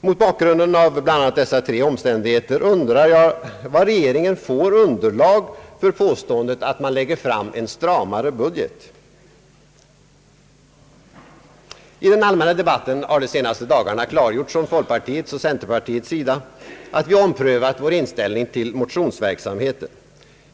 Mot bakgrunden av bland annat dessa tre omständigheter undrar jag var regeringen får underlag för påståendet att man lägger fram en stramare budget. I den allmänna debatten har de senaste dagarna klargjorts från folkpartiets och centerpartiets sida att vi har omprövat vår inställning till motionsverksamheten.